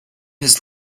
his